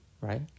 right